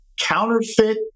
counterfeit